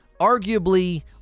arguably